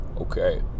okay